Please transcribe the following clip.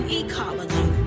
ecology